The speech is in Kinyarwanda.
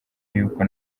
yuko